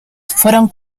fueron